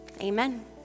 Amen